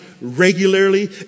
regularly